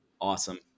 awesome